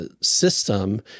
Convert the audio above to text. system